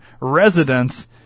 residents